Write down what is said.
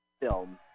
film